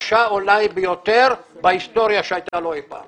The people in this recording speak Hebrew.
אולי הקשה ביותר בהיסטוריה שהייתה לו אי פעם